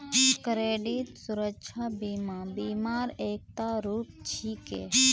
credit सुरक्षा बीमा बीमा र एकता रूप छिके